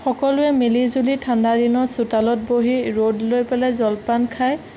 সকলোৱে মিলি জুলি ঠাণ্ডা দিনত চোতালত বহি ৰ'দ লৈ পেলাই জলপান খাই